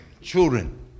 Children